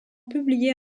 publiées